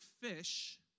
fish